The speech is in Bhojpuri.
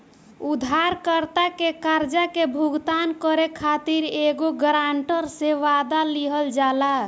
उधारकर्ता के कर्जा के भुगतान करे खातिर एगो ग्रांटर से, वादा लिहल जाला